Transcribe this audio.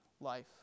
life